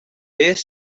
beth